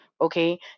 Okay